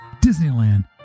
Disneyland